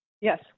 Yes